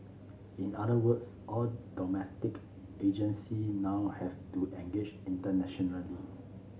in other words all domestic agency now have to engage internationally